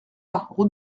route